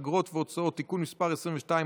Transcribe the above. אגרות והוצאות (תיקון מס' 22),